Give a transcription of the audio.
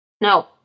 no